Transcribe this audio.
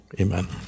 Amen